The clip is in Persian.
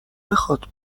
بخواد